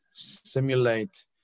simulate